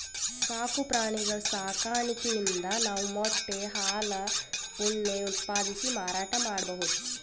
ಸಾಕು ಪ್ರಾಣಿಗಳ್ ಸಾಕಾಣಿಕೆಯಿಂದ್ ನಾವ್ ಮೊಟ್ಟೆ ಹಾಲ್ ಉಣ್ಣೆ ಉತ್ಪಾದಿಸಿ ಮಾರಾಟ್ ಮಾಡ್ಬಹುದ್